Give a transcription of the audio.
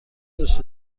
دوست